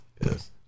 Yes